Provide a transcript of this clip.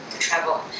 travel